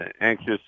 anxious